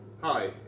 hi